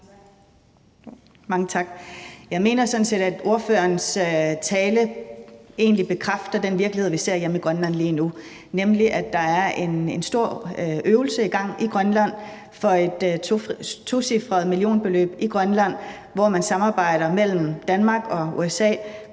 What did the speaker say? Mange tak. Jeg mener sådan set, at ordførerens tale egentlig bekræfter den virkelighed, vi ser hjemme i Grønland lige nu, nemlig at der er en stor øvelse i gang i Grønland for et tocifret millionbeløb, og hvor der er et samarbejde mellem Danmark og USA